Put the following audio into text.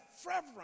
fervent